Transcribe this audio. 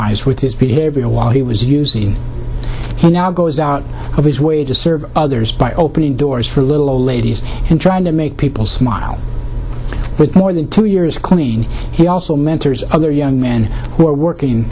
behavior while he was using he now goes out of his way to serve others by opening doors for little old ladies and trying to make people smile with more than two years clean he also mentors other young men who are working